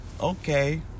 Okay